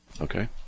Okay